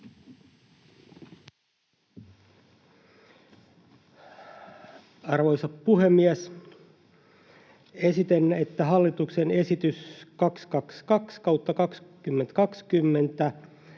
Arvoisa puhemies! Esitän, että hallituksen esitykseen 222/2020